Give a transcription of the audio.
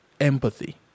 empathy